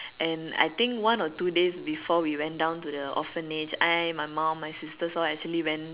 and I think one or two days before we went down to the orphanage I my mom my sisters all actually went